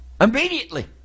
immediately